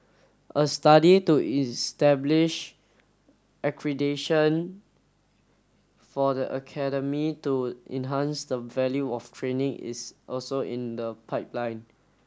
a study to establish accreditation for the academy to enhance the value of training is also in the pipeline